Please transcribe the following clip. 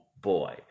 boy